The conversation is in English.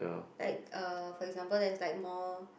like uh for example there is like more